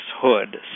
Hood